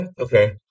Okay